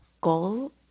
goal